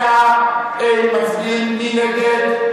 100, 200, 300,